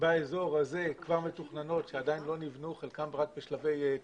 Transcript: באזור הזה, שעדיין לא נבנו, חלקן רק בשלבי תכנון.